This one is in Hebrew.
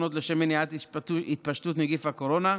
שונות לשם מניעת התפשטות נגיף הקורונה.